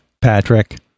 Patrick